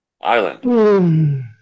island